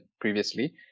previously